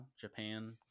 Japan